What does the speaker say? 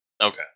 Okay